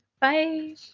Bye